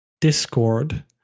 Discord